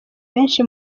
benshi